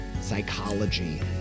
psychology